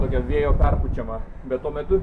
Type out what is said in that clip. tokio vėjo perpučiama bet tuo metu